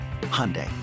Hyundai